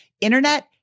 internet